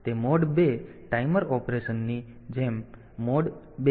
તેથી તે mode 2 timer ઓપરેશનની જેમ મોડ 2 છે